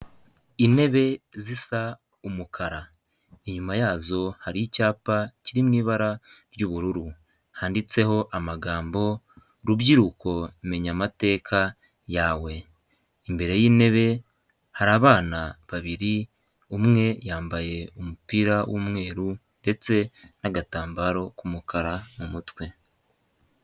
Intebe zisa umukara inyuma yazo hari icyapa kiri mu ibara ry'ubururu, handitseho amagambo rubyiruko menya amateka yawe, imbere y'intebe hari abana babiri umwe yambaye umupira w'umweru ndetse n'agatambaro k'umukara mu mutwe.